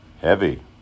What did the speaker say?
heavy